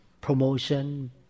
promotion